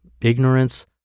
ignorance